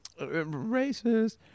racist